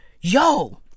yo